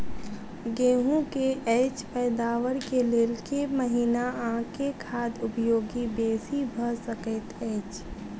गेंहूँ की अछि पैदावार केँ लेल केँ महीना आ केँ खाद उपयोगी बेसी भऽ सकैत अछि?